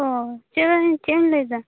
ᱚ ᱪᱮᱫᱞᱟ ᱜᱤᱱ ᱪᱮᱫ ᱮᱢ ᱞᱟ ᱭᱮᱫᱟ